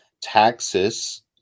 taxes